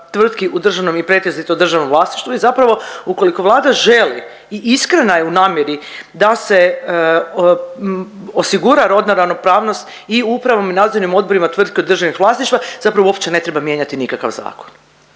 tvrtki u državnom i pretežito državnom vlasništvu i zapravo ukoliko Vlada želi i iskrena je u namjeri da se osigura rodna ravnopravnost i u upravnom i nadzornim odborima tvrtke u državnom vlasništvu zapravo uopće ne treba mijenjati nikakav zakon.